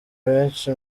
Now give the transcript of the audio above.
benshi